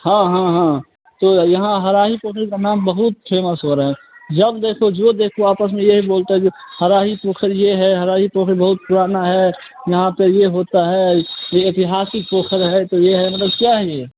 हाँ हाँ हाँ तो यहाँ हराही का नाम बहुत फेमस हो रहा है जब देखो जो देखो आपस में ये ही बोलता है हरही पोखर ये है हरही ये तो बहुत पुराना है यहाँ पर ये होता है ये ऐतिहासिक पोखर है तो ये है मतलब क्या है ये